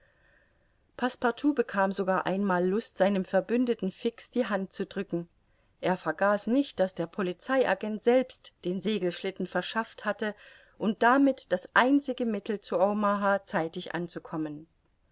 bekam sogar einmal lust seinem verbündeten fix die hand zu drücken er vergaß nicht daß der polizei agent selbst den segelschlitten verschafft hatte und damit das einzige mittel zu omaha zeitig anzukommen